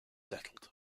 settled